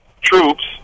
troops